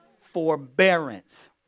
Forbearance